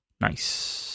Nice